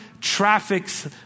traffics